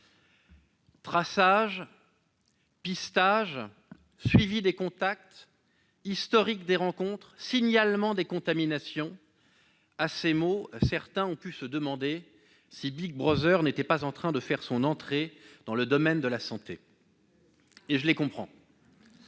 traçage, pistage, suivi des contacts, historique des rencontres, signalement des contaminations : à ces mots, certains ont pu se demander si Big Brother n'était pas en train de faire son entrée dans le domaine de la santé, ... C'est